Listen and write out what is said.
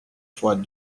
fois